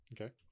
okay